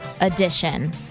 Edition